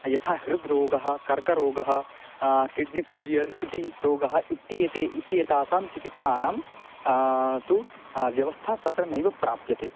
यथा हृद्रोगः कर्करोगः किड्नि फेयिल्यूर् इति रोगः इत्येते इत्येतासां चिकित्सानां तु व्यवस्था तत्र नैव प्राप्यते